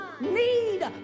need